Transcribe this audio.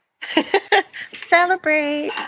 Celebrate